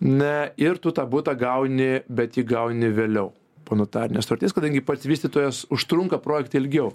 na ir tu tą butą gauni bet jį gauni vėliau po notarinės sutarties kadangi pats vystytojas užtrunka projekte ilgiau